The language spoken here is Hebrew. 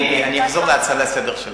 אני אחזור להצעה לסדר שלך.